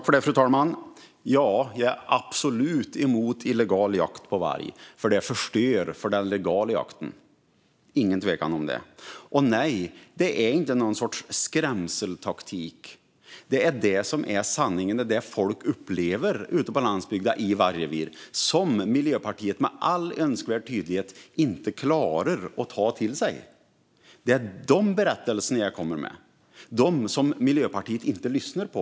Fru talman! Jag är absolut emot illegal jakt på varg, för det förstör för den legala jakten. Det är ingen tvekan om det. Nej, det är inte någon sorts skrämseltaktik. Det är detta som är sanningen, och det är det som folk upplever ute på landsbygden i vargrevir men som Miljöpartiet med all önskvärd tydlighet inte klarar att ta till sig. Det är dessa berättelser som jag kommer med och som Miljöpartiet inte lyssnar på.